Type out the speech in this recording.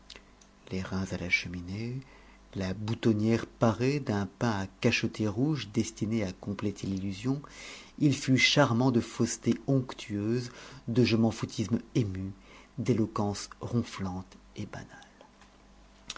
les reins à la cheminée la boutonnière parée d'un pain à cacheter rouge destiné à compléter l'illusion il fut charmant de fausseté onctueuse de je men foutisme ému d'éloquence ronflante et banale